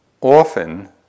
Often